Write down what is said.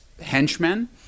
henchmen